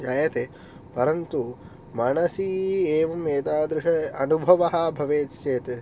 जायते परन्तु मनसि एवम् एतादृश अनुभवः भवेत् चेत्